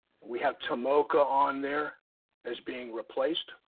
we have tomoka on there as being replaced,